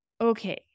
okay